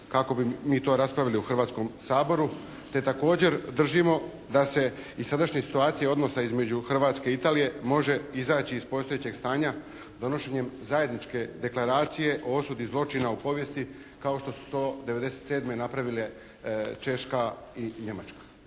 kako bi mi to raspravili u Hrvatskom saboru. Te također držimo da se iz sadašnje situacije odnosa između Hrvatske i Italije može izaći iz postojećeg stanja donošenjem zajedničke deklaracije o osudi zločina u povijesti kao što su to '97. napravile Češka i Njemačka.